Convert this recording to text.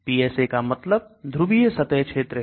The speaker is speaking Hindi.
PSA का मतलब ध्रुवीय सतह क्षेत्र है